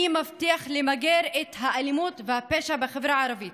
אני מבטיח למגר את האלימות והפשע בחברה הערבית,